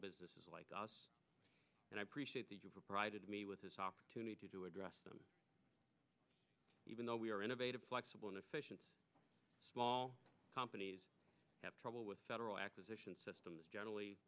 businesses like us and i appreciate the pride of me with this opportunity to address them even though we are innovative flexible and efficient small companies have trouble with federal acquisition systems generally